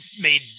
made